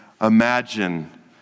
imagine